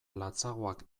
latzagoak